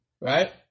Right